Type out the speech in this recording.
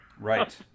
Right